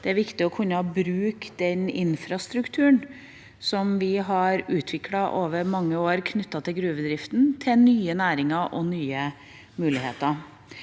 Det er viktig å kunne bruke den infrastrukturen som vi har utviklet over mange år knyttet til gruvedriften, til nye næringer og nye muligheter.